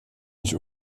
nicht